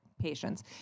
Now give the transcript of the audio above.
patients